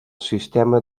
sistema